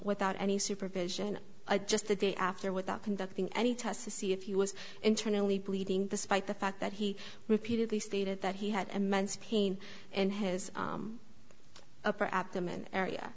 without any supervision just the day after without conducting any tests to see if you was internally bleeding the spite the fact that he repeatedly stated that he had immense pain and his upper abdomen area